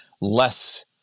less